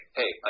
hey